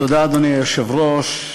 אדוני היושב-ראש,